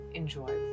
enjoy